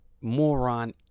moron